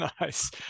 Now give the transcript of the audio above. nice